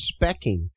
specking